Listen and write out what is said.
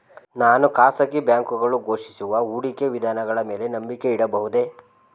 ನಾನು ಖಾಸಗಿ ಬ್ಯಾಂಕುಗಳು ಘೋಷಿಸುವ ಹೂಡಿಕೆ ವಿಧಾನಗಳ ಮೇಲೆ ನಂಬಿಕೆ ಇಡಬಹುದೇ?